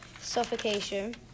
suffocation